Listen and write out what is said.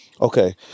Okay